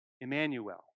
Emmanuel